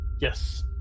Yes